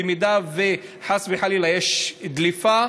במידה שחס וחלילה יש דליפה,